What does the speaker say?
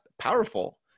powerful